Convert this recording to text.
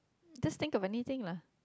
just think of anything lah